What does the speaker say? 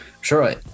sure